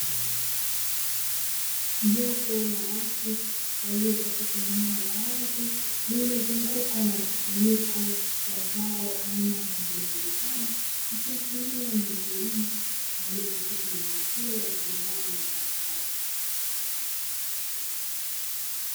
Jopo la watu walio katika eneo la wazi, lililozungukwa na mkusanyiko wa zao aina ya viazi vitamu, ikiashiria ni wakulima waliopo katika eneo hilo wakiandaa mazao hayo.